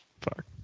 Fuck